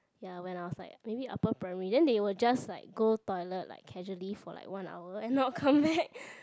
ya when I was like maybe upper primary then they will just like go toilet like causally for like one hour and not come back